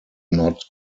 not